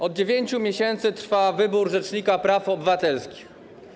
Od 9 miesięcy trwa wybór rzecznika praw obywatelskich.